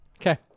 Okay